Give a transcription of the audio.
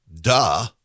Duh